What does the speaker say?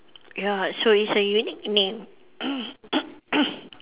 ya so it's a unique name